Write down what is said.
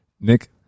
Nick